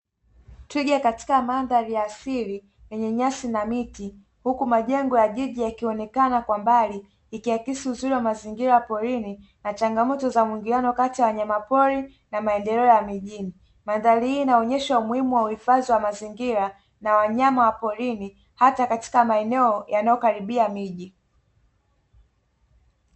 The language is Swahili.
Twiga katika mandhari ya asili yenye nyasi na miti, huku majengo ya jiji yakionekana kwa mbali, ikiakisi uzuri wa mazingira ya porini na changamoto za mwingiliano kati ya wanyama pori na maendeleo ya mijini. Mandhari hii inaonyesha umuhimu wa uhifadhi wa mazingira na wanyama wa porini, hata katika maeneno yanayokaribia miji.